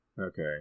Okay